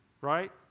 right